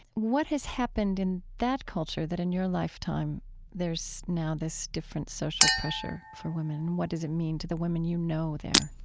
what has happened in that culture that in your lifetime there's now this different social pressure for women? what does it mean to the women you know there?